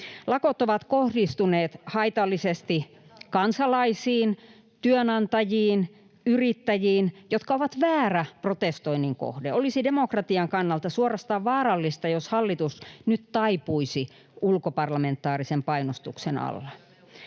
Lakot ovat kohdistuneet haitallisesti kansalaisiin, työnantajiin, yrittäjiin, jotka ovat väärä protestoinnin kohde. Olisi demokratian kannalta suorastaan vaarallista, jos hallitus nyt taipuisi ulkoparlamentaarisen painostuksen alla.